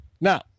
Now